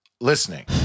listening